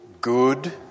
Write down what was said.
good